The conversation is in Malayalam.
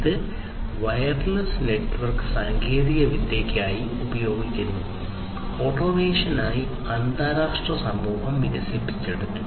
ഇത് വയർലെസ് നെറ്റ്വർക്ക് സാങ്കേതികവിദ്യയ്ക്കായി ഉപയോഗിക്കുന്നു ഇത് ഓട്ടോമേഷനായി അന്താരാഷ്ട്ര സമൂഹം വികസിപ്പിച്ചെടുത്തു